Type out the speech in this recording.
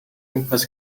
gwmpas